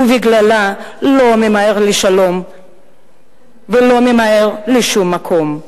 ובגללה לא ממהר לשלום ולא ממהר לשום מקום.